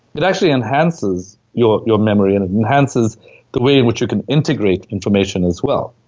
it actually enhances your your memory and it enhances the way in which you can integrate information as well